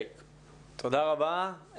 תודה רבה.